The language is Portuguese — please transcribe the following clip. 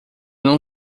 não